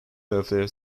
welfare